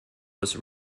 was